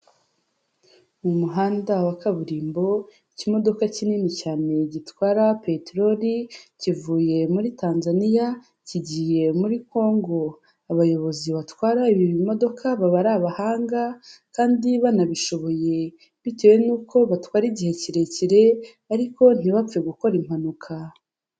Mu muhanda wa kaburimbo, ikimodoka kinini cyane gitwara peteroli kivuye muri Tanzania kigiye muri Congo, abayobozi batwara ibi bimodoka, baba ari abahanga kandi banabishoboye, bitewe n'uko batwara igihe kirekire ariko ntibapfe gukora impanuka.